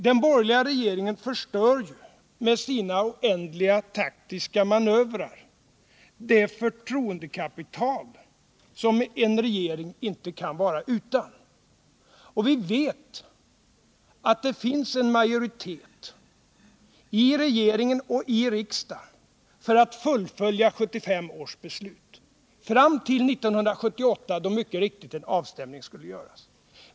Den borgerliga regeringen förstörde ju med sina oändliga taktiska manövrer det förtroendekapital som en regering inte kan vara utan, och vi vet att det finns en majoritet i regeringen och i riksdagen för ett fullföljande av 1975 års beslut fram till 1978, då en avstämning mycket riktigt skall göras.